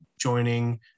joining